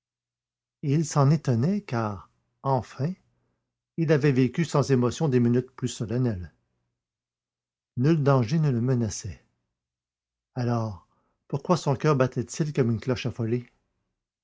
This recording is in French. il s'en étonnait car enfin il avait vécu sans émotion des minutes plus solennelles nul danger ne le menaçait alors pourquoi son coeur battait il comme une cloche affolée